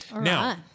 Now